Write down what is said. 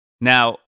Now